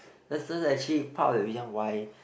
that's then actually part of a reason why